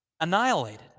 annihilated